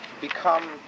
become